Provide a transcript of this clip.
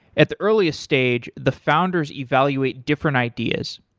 at the earliest stage, the founders evaluate different ideas.